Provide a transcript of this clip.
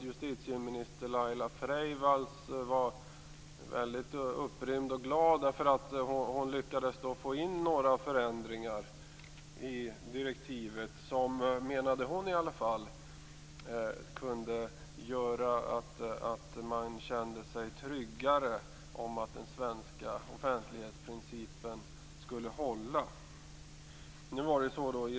Justitieminister Laila Freivalds var upprymd och glad för att hon lyckades få in några förändringar i direktivet som, menade hon, kunde göra att man kände sig tryggare när det gällde att den svenska offentlighetsprincipen skulle hålla.